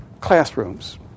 classrooms